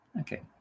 Okay